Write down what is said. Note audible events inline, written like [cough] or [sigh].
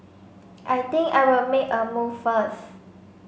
[noise] I think I will make a move first